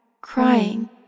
crying